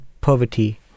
poverty